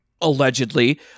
allegedly